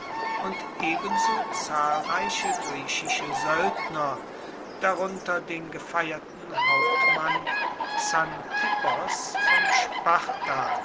und ebenso zahlreiche griechische soeldner darunter den gefeierten hauptmann xanthippos von